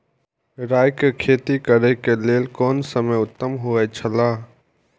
राय के खेती करे के लेल कोन समय उत्तम हुए छला?